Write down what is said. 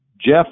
Jeff